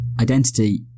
Identity